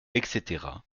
etc